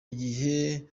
gihe